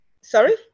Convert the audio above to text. Sorry